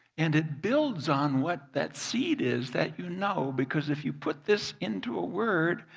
and it builds on what that seed is that you know because if you put this into a word,